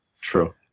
True